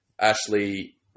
Ashley